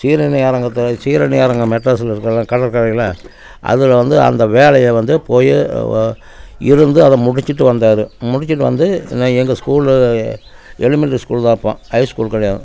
சீரணி அரங்கத்தை சீரணியரங்கம் மெட்ராஸில் இருக்குல்ல கடற்கரையில் அதில் வந்து அந்த வேலையை வந்து போய் இருந்து அதை முடிச்சுட்டு வந்தார் முடிச்சுட்டு வந்து நான் எங்கள் ஸ்கூல்லு எலிமெண்ட்ரி ஸ்கூல் தான் அப்போது ஹை ஸ்கூல் கிடையாது